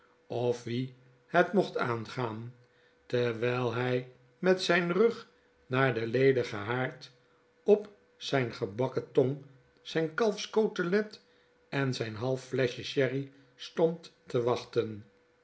of wien het mocht aangaan terwfll hij met zfln rug naar den ledigen haard op zfln gebakken tong zy'n kalfscotelet en zjjn half iieschje sherry stond te wachten